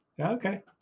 Okay